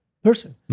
person